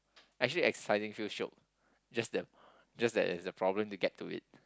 actually exciting feel shiok just that just that it's a problem to get to it